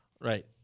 Right